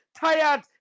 tired